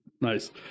nice